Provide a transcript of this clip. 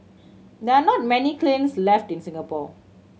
there are not many kilns left in Singapore